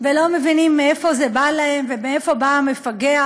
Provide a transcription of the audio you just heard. ולא מבינים מאיפה זה בא להם ומאיפה בא המפגע,